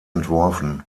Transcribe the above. entworfen